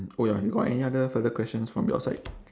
oh ya you got any other further questions from your side